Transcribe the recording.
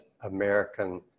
American